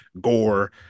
Gore